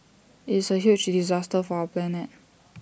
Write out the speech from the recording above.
it's A huge disaster for our planet